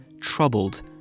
troubled